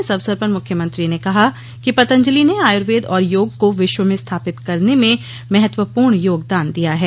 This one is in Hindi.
इस अवसर पर मुख्यमंत्री ने कहा कि पतंजलि ने आयुर्वेद और योग को विश्व में स्थापित करने में महत्वूपर्ण योगदान दिया है